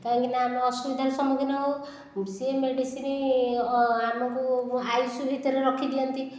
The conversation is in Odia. କାହିଁକିନା ଆମେ ଅସୁବିଧାର ସମ୍ମୁଖୀନ ହେଉ ସେ ମେଡିସିନ ଆମକୁ ଆଇ ସି ୟୁ ଭିତରେ ରଖିଦିଅନ୍ତି